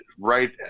right